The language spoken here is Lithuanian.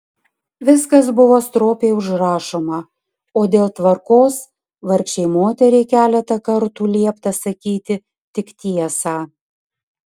viskas buvo stropiai užrašoma o dėl tvarkos vargšei moteriai keletą kartų liepta sakyti tik tiesą